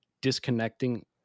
disconnecting